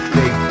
big